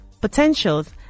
potentials